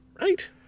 right